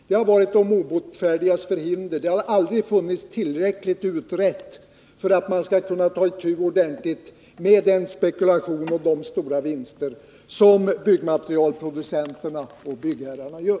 Det har varit de obotfärdigas förhinder, det har aldrig varit tillräckligt utrett för att man skulle kunna ordentligt ta itu med byggmaterialproducenternas och byggherrarnas spekulation och stora vinster.